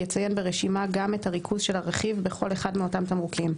יציין ברשימה גם את הריכוז של הרכיב בכל אחד מאותם תמרוקים.